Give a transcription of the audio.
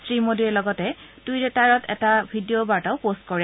শ্ৰীমোদীয়ে লগতে টুইটাৰত এটা ভিডিঅ বাৰ্তাও পোষ্ট কৰিছে